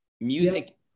music